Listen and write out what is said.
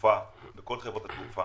בכל חברות התעופה